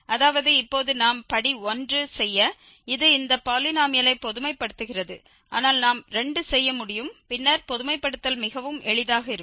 அதாவது இப்போது நாம் படி 1 செய்ய இது இந்த பாலினோமியலை பொதுமைப்படுத்துகிறது ஆனால் நாம் 2 செய்ய முடியும் பின்னர் பொதுமைப்படுத்தல் மிகவும் எளிதாக இருக்கும்